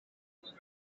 abantu